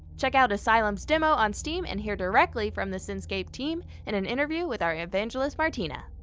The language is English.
check out asylum's demo on steam and hear directly from the senscape team in an interview with our evangelist, martina.